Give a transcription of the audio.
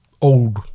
old